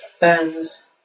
burns